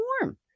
warm